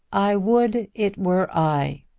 i would it were i,